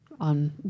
on